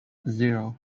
zero